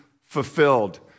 fulfilled